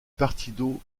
partido